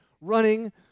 running